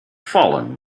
fallen